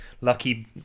lucky